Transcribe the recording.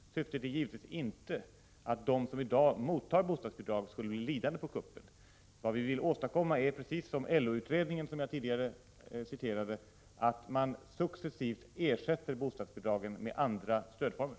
Syftet är givetvis inte att de som i dag mottar bostadsbidrag skall bli lidande på kuppen. Vad vi vill åstadkomma är, precis som det sägs i LO-utredningen som jag tidigare citerade, att man successivt ersätter bostadsbidragen med andra stödformer.